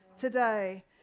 today